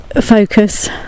focus